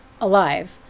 alive